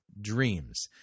dreams